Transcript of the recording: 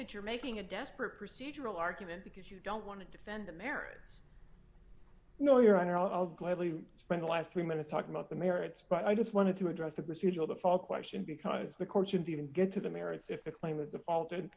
that you're making a desperate procedural argument because you don't want to defend the merits no your honor i'll gladly spend the last three minutes talking about the merits but i just wanted to address the procedural default question because the courts and even get to the merits if the claim of the altered